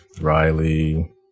Riley